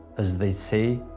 as they say,